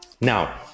now